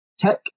tech